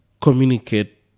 communicate